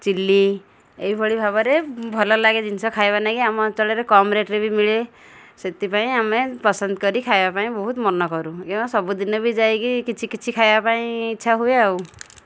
chilli ଏହିଭଳି ଭାବରେ ଭଲଲାଗେ ଜିନିଷ ଖାଇବା ନାଗି ଆମ ଅଞ୍ଚଳରେ କମ୍ ରେଟ୍ରେ ବି ମିଳେ ସେଥିପାଇଁ ଆମେ ପସନ୍ଦ କରି ଖାଇବା ପାଇଁ ବହୁତ ମନ କରୁ ଏବଂ ସବୁଦିନେ ବି ଯାଇକି କିଛି କିଛି ଖାଇବା ପାଇଁ ଇଚ୍ଛା ହୁଏ ଆଉ